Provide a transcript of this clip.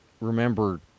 remember